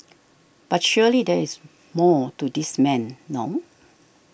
but surely there is more to this man no